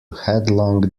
headlong